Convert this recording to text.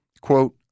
Quote